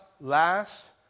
last